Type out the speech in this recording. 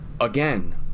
Again